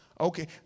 Okay